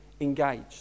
engaged